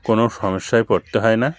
কোনো সমস্যায় পড়তে হয় না